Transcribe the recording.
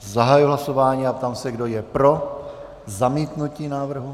Zahajuji hlasování a ptám se, kdo je pro zamítnutí návrhu.